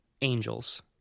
angels